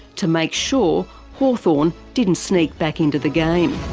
to make sure hawthorn didn't sneak back into the game.